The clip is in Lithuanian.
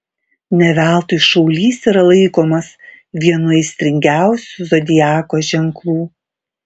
ne veltui šaulys yra laikomas vienu aistringiausių zodiako ženklų